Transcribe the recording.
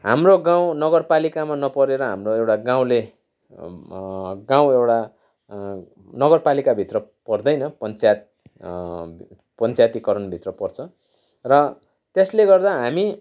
हाम्रो गाउँ नगरपालिकामा नपरेर हाम्रो एउटा गाउँले गाउँ एउटा नगरपालिकाभित्र पर्दैन पञ्चायत पञ्चायतीकरणभित्र पर्छ र त्यसले गर्दा हामी